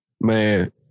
Man